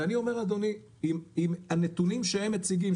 אם הנתונים שהם מציגים,